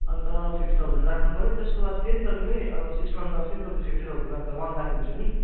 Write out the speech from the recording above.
अन्त fifty thousand राख्नुपर्यो त्यसको बाद फेरि तपाईँले अब सिक्स मन्थ बाद फेरि तपाईँले फिफ्टी थाउजन्ड राख्दा वान लाख हुन्छ नि